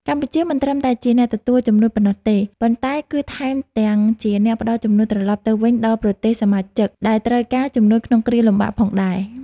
កម្ពុជាមិនត្រឹមតែជាអ្នកទទួលជំនួយប៉ុណ្ណោះទេ ប៉ុន្តែ គឺថែមទាំងជាអ្នកផ្តល់ជំនួយត្រឡប់ទៅវិញដល់ប្រទេសសមាជិកដែលត្រូវការជំនួយក្នុងគ្រាលំបាកផងដែរ។